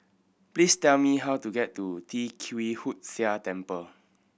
please tell me how to get to Tee Kwee Hood Sia Temple